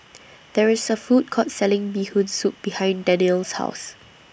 There IS A Food Court Selling Bee Hoon Soup behind Danniel's House